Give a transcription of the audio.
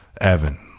evan